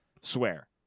swear